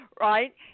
Right